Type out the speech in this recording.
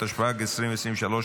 התשפ"ג 2023,